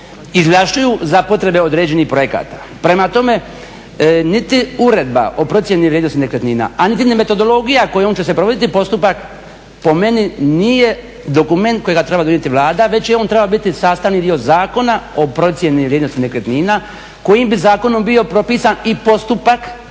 izvlašćuju za potrebe određenih projekata. Prema tome, niti Uredba o procjeni vrijednosti nekretnina, a niti ni metodologija kojom će se provoditi postupak po meni nije dokument kojega treba donijeti Vlada već je on trebao biti sastavni dio Zakona o procjeni vrijednosti nekretnina kojim bi zakonom bio propisan i postupak